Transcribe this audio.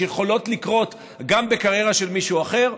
שיכולות לקרות גם בקריירה של מישהו אחר,